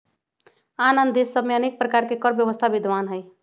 आन आन देश सभ में अनेक प्रकार के कर व्यवस्था विद्यमान हइ